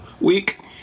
week